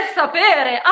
sapere